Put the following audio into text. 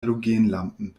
halogenlampen